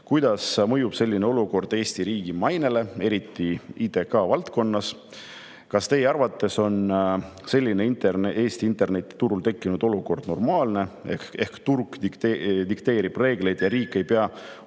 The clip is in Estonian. Kuidas mõjub selline olukord Eesti riigi mainele, eriti IKT valdkonnas? Kas teie arvates on selline Eesti internetiturul tekkinud olukord normaalne, et turg dikteerib reegleid ja riik ei pea olukorda